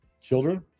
Children